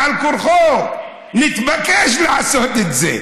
בעל כורחו נתבקש לעשות את זה.